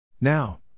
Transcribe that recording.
Now